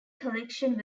collection